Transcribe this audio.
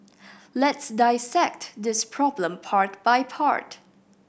let's dissect this problem part by part